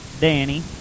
Danny